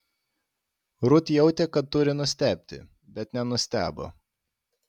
rut jautė kad turi nustebti bet nenustebo